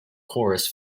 chorus